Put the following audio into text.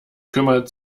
kümmert